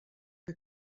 que